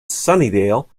sunnydale